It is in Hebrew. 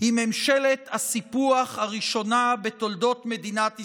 היא ממשלת הסיפוח הראשונה בתולדות מדינת ישראל,